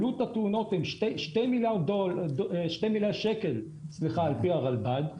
עלות התאונות היא 2 מיליארד שקל על פי הרלב"ד.